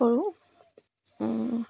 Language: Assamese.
কৰোঁ